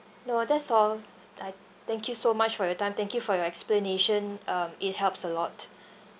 no that's all uh thank you so much for your time thank you for your explanation um it helps a lot